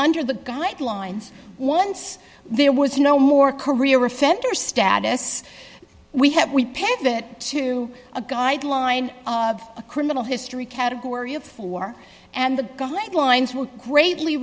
under the guidelines once there was no more career offender status we have we paid that to a guideline a criminal history category of four and the guidelines will greatly